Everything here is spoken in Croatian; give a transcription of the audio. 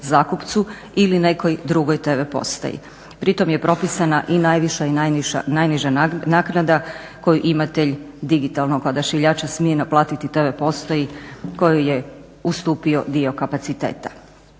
ili nekoj drugoj TV postaji. Pri tome je propisana i najviša i najniža naknada koju imatelj digitalnog odašiljača smije naplatiti TV postavi kojoj je ustupio dio kapaciteta.